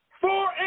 Four